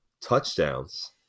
touchdowns